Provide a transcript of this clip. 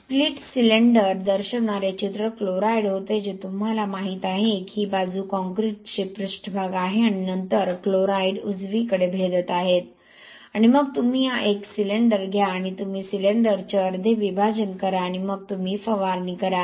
split cylinder दर्शविणारे चित्र chloride होते जे तुम्हाला माहीत आहे की ही बाजू कॉंक्रिटची पृष्ठभाग आहे आणि नंतर क्लोराईड उजवीकडे भेदत आहेत आणि मग तुम्ही हा एक सिलेंडर घ्या आणि तुम्ही सिलेंडरचे अर्धे विभाजन करा आणि मग तुम्ही फवारणी करा